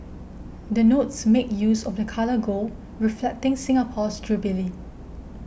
the notes make use of the colour gold reflecting Singapore's jubilee